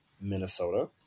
Minnesota